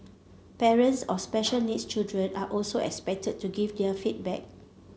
parents of special needs children are also expected to give their feedback